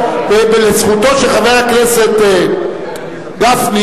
לזכותו של חבר הכנסת גפני,